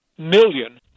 million